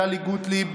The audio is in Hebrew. טלי גוטליב,